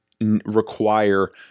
require